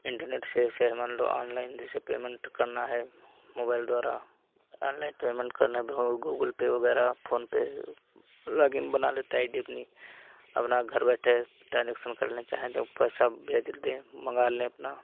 internet से जैसे है मान लो ऑनलाइन जैसे पेमेन्ट करना है मोबाइल द्वारा ऑनलाइन पेमेन्ट करना भी हो गूगलपे वगैरह फोनपे वो लॉगिन बना लेते आई डी अपनी अपना घर बैठे ट्रांजेक्शन कर लें चाहें तो पैसा भेज दें मँगा लें अपना